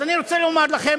אז אני רוצה לומר לכם,